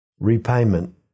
repayment